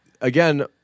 again